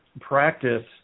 practice